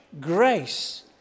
grace